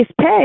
pay